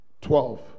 Twelve